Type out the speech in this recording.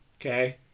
Okay